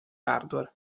hardware